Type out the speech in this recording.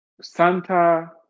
Santa